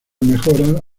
mejoras